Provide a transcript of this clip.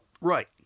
Right